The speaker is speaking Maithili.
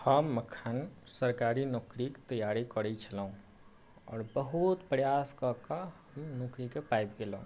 हम अखन सरकारी नौकरी के तैयारी करै छलहुॅं हँ आओर बहुत प्रयास कऽ कऽ नौकरी के पाबि गेलहुॅं